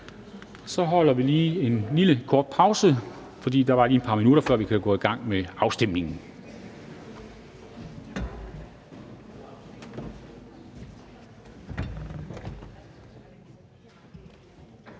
Så holder vi en lille kort pause, for der går lige et par minutter, før vi kan gå i gang med afstemningerne.